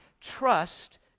trust